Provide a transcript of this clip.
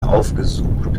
aufgesucht